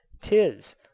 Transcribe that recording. Tis